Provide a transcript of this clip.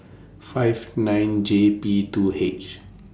five nine J P two H